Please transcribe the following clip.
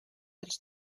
dels